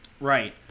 right